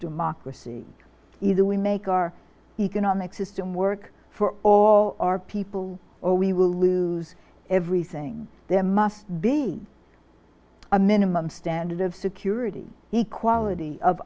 democracy either we make our economic system work for all our people or we will lose everything there must be a minimum standard of security equality of